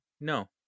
No